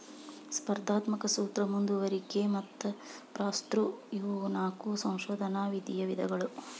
ಸ್ಪರ್ಧಾತ್ಮಕ ಸೂತ್ರ ಮುಂದುವರಿಕೆ ಮತ್ತ ಪಾಸ್ಥ್ರೂ ಇವು ನಾಕು ಸಂಶೋಧನಾ ನಿಧಿಯ ವಿಧಗಳು